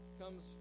comes